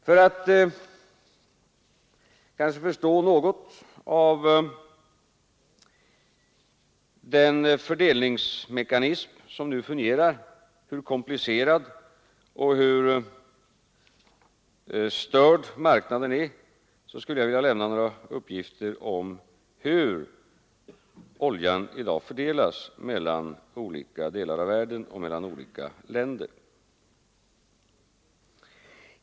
För att ge en bild av hur komplicerad den fungerande fördelningsmekanismen är och av hur störd marknaden är skulle jag vilja lämna några uppgifter om fördelningen av oljan på olika delar av världen och på olika länder.